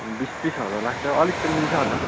बिस तिस हजार लाग्छ अलिकति मिल्छ होला